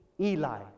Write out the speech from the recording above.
Eli